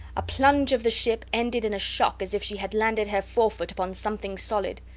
a plunge of the ship ended in a shock as if she had landed her forefoot upon something solid.